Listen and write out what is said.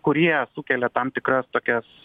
kurie sukelia tam tikras tokias